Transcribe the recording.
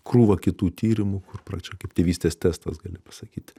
krūva kitų tyrimų kur pradžia kaip tėvystės testas gali pasakyt